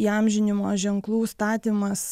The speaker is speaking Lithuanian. įamžinimo ženklų statymas